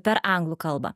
per anglų kalbą